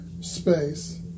space